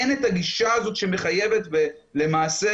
אין את הגישה הזאת שמחייבת למעשה,